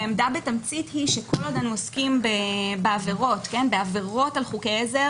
העמדה בתמצית היא שכל עוד אנו עוסקים בעבירות על חוקי עזר